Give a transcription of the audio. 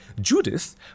Judith